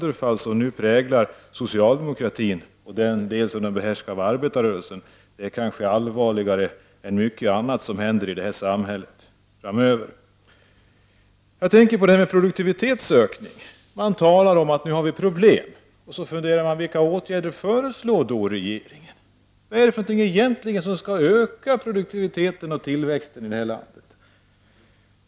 Det sönderfall som nu präglar socialdemokratin och den del som denna behärskas av arbetarrörelsen är kanske allvarligare än mycket annat som händer i det här samhället framöver. När det gäller produktivitetsökningen talar man om att vi nu har problem, och man undrar vilka åtgärder regeringen föreslår. Vad är det egentligen som skall öka produktiviteten och tillväxten här i landet?